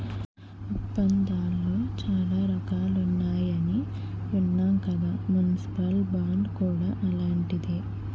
ఒప్పందాలలో చాలా రకాలున్నాయని విన్నాం కదా మున్సిపల్ బాండ్ కూడా అలాంటిదే